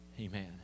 amen